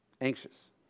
anxious